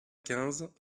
quinze